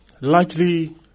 likely